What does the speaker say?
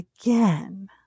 again